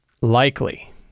likely